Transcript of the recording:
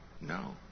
no